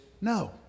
no